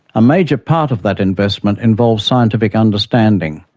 a major part of that investment involves scientific understanding,